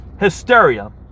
hysteria